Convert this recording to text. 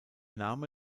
name